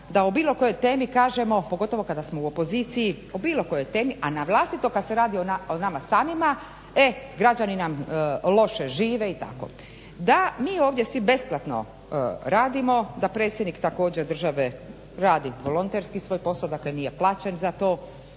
da o bilo kojoj temi kažemo pogotovo kada smo u opoziciji o bilo kojoj temi a na vlastito kad se radi o nama samima. E građani nam loše žive i tako. Da mi ovdje svi besplatno radimo, da predsjednik također države radi volonterski svoj posao, dakle nije plaćen za to,